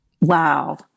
Wow